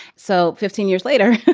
so fifteen years later,